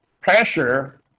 pressure